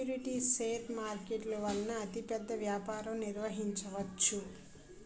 సెక్యూరిటీలు షేర్ మార్కెట్ల వలన అతిపెద్ద వ్యాపారం నిర్వహించవచ్చు